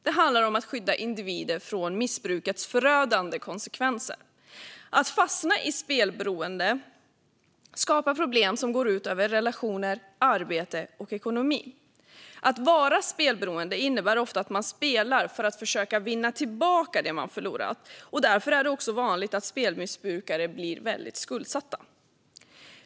Det handlar om att skydda individer från missbrukets förödande konsekvenser. Att fastna i spelberoende skapar problem som går ut över relationer, arbete och ekonomi. Att vara spelberoende innebär ofta att man spelar för att försöka vinna tillbaka det man förlorat. Därför är det också vanligt att spelmissbrukare blir väldigt skuldsatta.